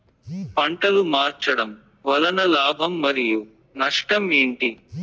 పంటలు మార్చడం వలన లాభం మరియు నష్టం ఏంటి